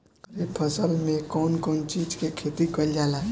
खरीफ फसल मे कउन कउन चीज के खेती कईल जाला?